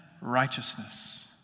righteousness